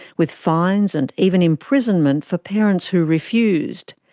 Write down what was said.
with fines and even imprisonment for parents who refused.